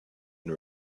and